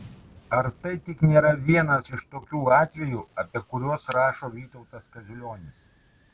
ar tai tik nėra vienas iš tokių atvejų apie kuriuos rašo vytautas kaziulionis